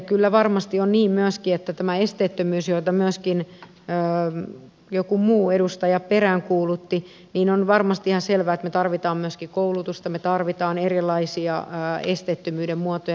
kyllä varmasti on niin mäiskettä tämä esteettömyys ja tämä laskin esteettömyydessä jota joku muukin edustaja peräänkuulutti on ihan selvää että me tarvitsemme myöskin koulutusta me tarvitsemme erilaisia esteettömyyden muotoja